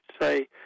say